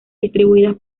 distribuidas